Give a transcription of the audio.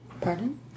Pardon